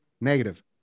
negative